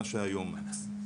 מה שהיום מקס,